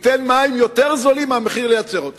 ייתן מים יותר זולים ממחיר ייצורם.